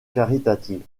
caritatives